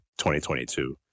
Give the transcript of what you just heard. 2022